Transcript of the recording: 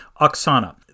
Oksana